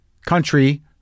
country